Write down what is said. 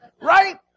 right